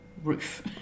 roof